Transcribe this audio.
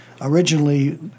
Originally